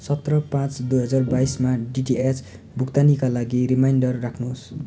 सत्र पाँच दुई हजार बाइसमा डिटिएच भुक्तानीका लागि रिमाइन्डर राख्नुहोस्